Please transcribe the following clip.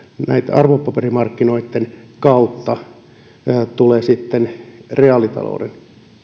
arvopaperimarkkinoitten kautta tulevat sitten reaalitalouden